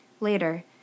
Later